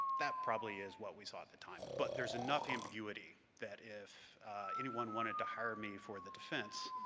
that probably is what we saw at the time, but there's enough ambiguity that if anyone wanted to hire me for the defense,